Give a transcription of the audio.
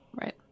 Right